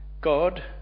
God